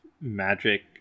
magic